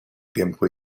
tiempo